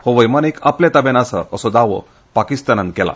हो वैमानिक आपल्या ताब्यांत आसा असो दावो पाकीस्तानान केला